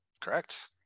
Correct